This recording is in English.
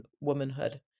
womanhood